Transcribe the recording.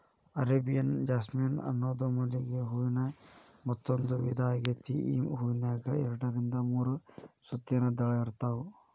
Arabian jasmine ಅನ್ನೋದು ಮಲ್ಲಿಗೆ ಹೂವಿನ ಮತ್ತಂದೂ ವಿಧಾ ಆಗೇತಿ, ಈ ಹೂನ್ಯಾಗ ಎರಡರಿಂದ ಮೂರು ಸುತ್ತಿನ ದಳ ಇರ್ತಾವ